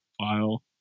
file